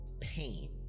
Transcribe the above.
pain